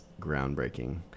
groundbreaking